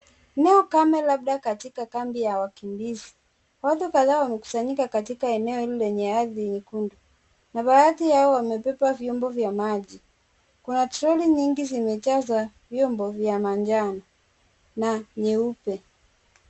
Leo kame katika kambi ya wakimbizi. Watu kadhaa wamekusanyika katika eneo hili lenye ardhi nyekundu na baadhi yao wamebeba vyombo vya maji. Kuna troli nyingi zilizojazwa vyombo vya manjano na nyeupe.